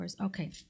Okay